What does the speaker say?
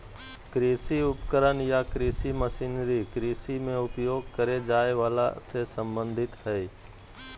कृषि उपकरण या कृषि मशीनरी कृषि मे उपयोग करे जाए वला से संबंधित हई